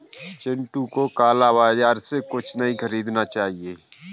चिंटू को काला बाजार से कुछ नहीं खरीदना चाहिए